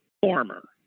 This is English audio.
Former